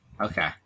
Okay